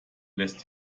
lässt